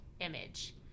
image